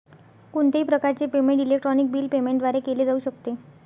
कोणत्याही प्रकारचे payment electronic bill payment द्वारे केले जाऊ शकते